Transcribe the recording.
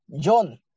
John